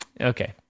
Okay